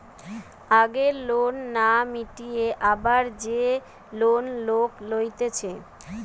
আগের লোন না মিটিয়ে আবার যে লোন লোক লইতেছে